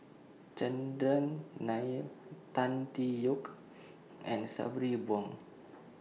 Chandran Nair Tan Tee Yoke and Sabri Buang